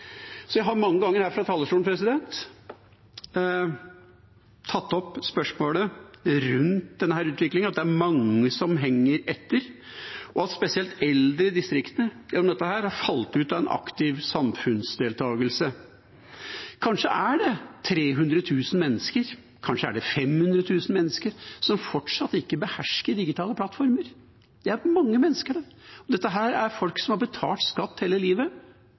Jeg har mange ganger her fra talerstolen tatt opp spørsmålet rundt denne utviklingen, at det er mange som henger etter, og at spesielt eldre i distriktene gjennom dette har falt ut av aktiv samfunnsdeltakelse. Kanskje er det 300 000 mennesker, kanskje er det 500 000, som fortsatt ikke behersker digitale plattformer. Det er mange mennesker. Dette er folk som har betalt skatt hele livet.